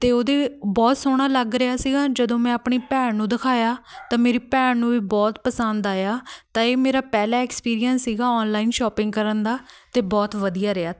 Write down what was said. ਅਤੇ ਉਹਦੇ ਬਹੁਤ ਸੋਹਣਾ ਲੱਗ ਰਿਹਾ ਸੀਗਾ ਜਦੋਂ ਮੈਂ ਆਪਣੀ ਭੈਣ ਨੂੰ ਦਿਖਾਇਆ ਤਾਂ ਮੇਰੀ ਭੈਣ ਨੂੰ ਵੀ ਬਹੁਤ ਪਸੰਦ ਆਇਆ ਤਾਂ ਇਹ ਮੇਰਾ ਪਹਿਲਾ ਐਕਸਪੀਰੀਅੰਸ ਸੀਗਾ ਔਨਲਾਈਨ ਸ਼ੋਪਿੰਗ ਕਰਨ ਦਾ ਅਤੇ ਬਹੁਤ ਵਧੀਆ ਰਿਹਾ